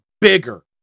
bigger